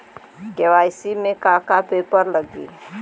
KYC में का का पेपर लगी?